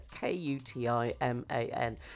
K-U-T-I-M-A-N